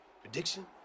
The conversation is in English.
Prediction